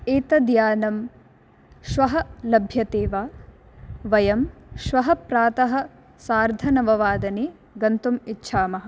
एतद्यानं श्वः लभ्यते वा वयं श्वः प्रातः सार्धनववादने गन्तुम् इच्छामः